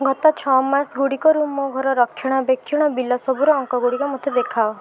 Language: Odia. ଗତ ଛଅ ମାସ ଗୁଡ଼ିକରୁ ମୋ ଘର ରକ୍ଷଣାବେକ୍ଷଣ ବିଲ୍ ସବୁର ଅଙ୍କ ଗୁଡ଼ିକ ମୋତେ ଦେଖାଅ